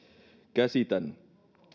käsitän